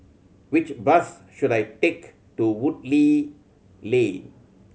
which bus should I take to Woodleigh Lane